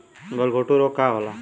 गलघोंटु रोग का होला?